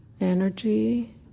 energy